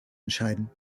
entscheiden